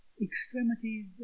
extremities